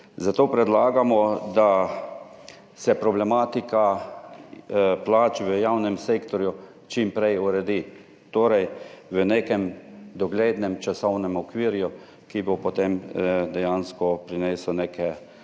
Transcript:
Zato predlagamo, da se problematika plač v javnem sektorju čim prej uredi, torej v nekem doglednem časovnem okvirju, ki bo potem dejansko prinesel neke učinke